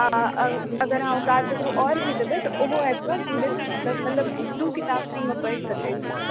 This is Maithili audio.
आ अगर अहाँ ओ कार्ड ककरो आओरके भी देबै तऽ ओहो आबि कऽ मतलब दू दिन किताब फ्री मे पढ़ि सकै छै